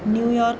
New York